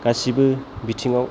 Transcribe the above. गासिबो बिथिङा